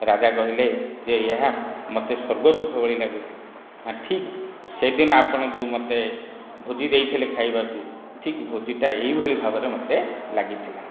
ରାଜା କହିଲେ ଯେ ଏହା ମତେ ଏହା ସ୍ୱର୍ଗ ସୁଖ ଭଳି ଲାଗୁଛି ନା ଠିକ୍ ସେହିଦିନ ଆପଣ ଯେଉଁ ମୋତେ ଭୋଜି ଦେଇଥିଲେ ଖାଇବାକୁ ଠିକ୍ ଭୋଜିଟା ଏହିଭଳି ଭାବରେ ମୋତେ ଲାଗିଥିଲା